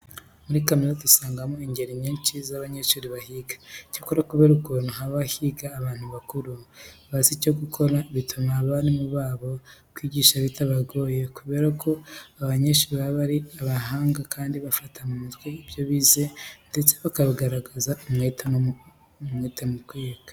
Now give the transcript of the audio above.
Muri kaminuza dusangamo ingeri nyinshi z'abanyeshuri bahiga. Icyakora kubera ukuntu haba higa abantu bakuru bazi icyo gukora, bituma n'abarimu babo kwigisha bitabagoye kubera ko aba banyeshuri baba ari abahanga kandi bafata mu mutwe ibyo bize ndetse bakagaragaza n'umuhate mu kwiga.